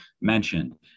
mentioned